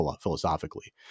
philosophically